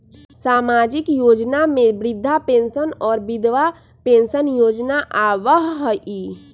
सामाजिक योजना में वृद्धा पेंसन और विधवा पेंसन योजना आबह ई?